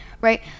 right